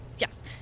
Yes